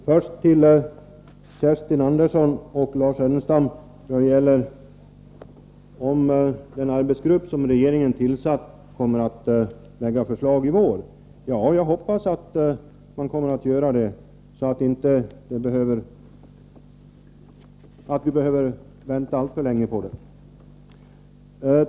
Herr talman! Först vill jag ta upp Kerstin Anderssons och Lars Ernestams fråga om den arbetsgrupp som regeringen tillsatt kommer att lägga fram förslag i vår. Jag hoppas att den kommer att göra det. Jag tror att vi inte behöver vänta alltför länge på förslagen.